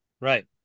Right